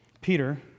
Peter